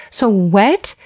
so wet,